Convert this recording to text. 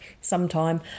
sometime